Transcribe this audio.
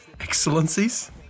excellencies